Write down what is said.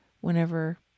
whenever